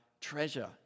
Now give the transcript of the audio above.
treasure